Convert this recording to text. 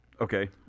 Okay